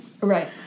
Right